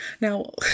Now